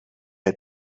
had